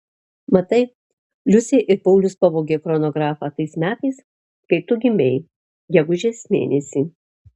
matai liusė ir paulius pavogė chronografą tais metais kai tu gimei gegužės mėnesį